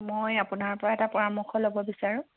মই আপোনাৰ পৰা এটা পৰামৰ্শ ল'ব বিচাৰোঁ